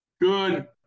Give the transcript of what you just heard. Good